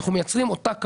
אנחנו מייצרים אותה כמות.